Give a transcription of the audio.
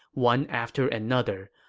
one after another.